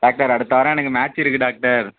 doctor அடுத்த வாரம் எனக்கு மேட்ச் இருக்கு டாக்டர்